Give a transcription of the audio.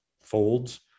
folds